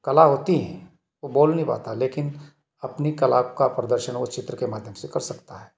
कला होती है वो बोल नहीं पाता लेकिन अपनी कला का प्रदर्शन वो चित्र के माध्यम से कर सकता है